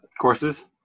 courses